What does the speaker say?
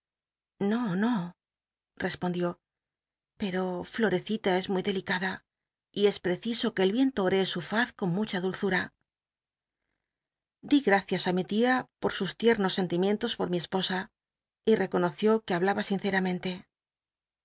no no rcsponrliij pcro florccita es muy delicada y es preciso r ue el icuto oréc su faz con mucha clnlzura dí gracias ü mi tia por sus tiei'hos scnlimicntos por mi esposa y reconoció que hablaba sincer